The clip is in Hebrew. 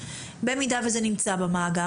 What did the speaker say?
במידה שזה נמצא במאגר,